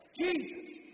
Jesus